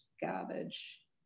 garbage